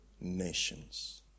nations